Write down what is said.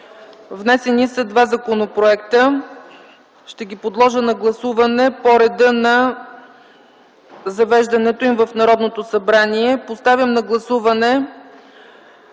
Внесени са два законопроекта, ще ги подложа на гласуване по реда на завеждането им в Народното събрание. Поставям на първо гласуване